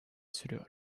sürüyor